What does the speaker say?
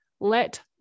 Let